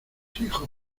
hijo